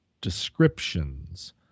descriptions